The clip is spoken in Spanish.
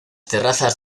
terrazas